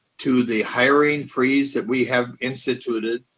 to the hiring freeze that we have instituted.